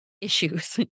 issues